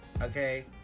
okay